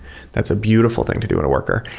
that's a beautiful thing to do in a worker,